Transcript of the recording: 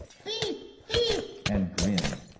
thief! thief! and grinned.